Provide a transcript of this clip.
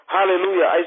Hallelujah